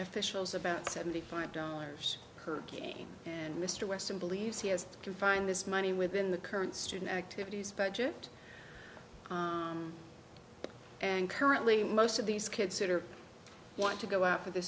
officials about seventy five dollars per game and mr weston believes he has to confine this money within the current student activities budget and currently most of these kids that are want to go out for the